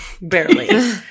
Barely